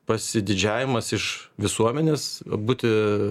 pasididžiavimas iš visuomenės būti